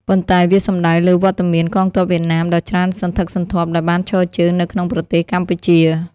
ប៉ុន្តែវាសំដៅលើវត្តមានកងទ័ពវៀតណាមដ៏ច្រើនសន្ធឹកសន្ធាប់ដែលបានឈរជើងនៅក្នុងប្រទេសកម្ពុជា។